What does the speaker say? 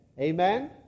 Amen